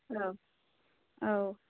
औ औ